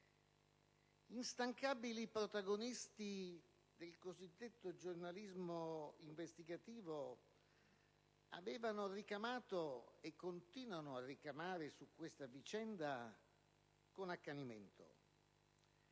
Instancabili protagonisti del cosiddetto giornalismo investigativo avevano ricamato e continuano a ricamare su questa vicenda con accanimento.